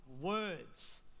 words